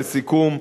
לסיכום,